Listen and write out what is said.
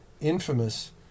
infamous